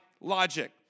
logic